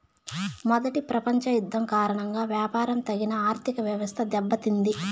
మొదటి ప్రపంచ యుద్ధం కారణంగా వ్యాపారం తగిన ఆర్థికవ్యవస్థ దెబ్బతింది